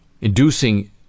inducing